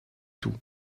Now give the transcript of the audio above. tout